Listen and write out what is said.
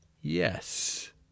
yes